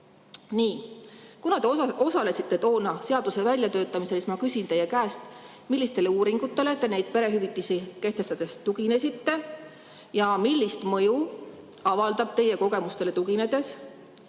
Nii. Kuna te osalesite toona seaduse väljatöötamises, siis ma küsin teie käest, millistele uuringutele te neid perehüvitisi kehtestades tuginesite. Ja millist mõju avaldab teie kogemuste [kohaselt]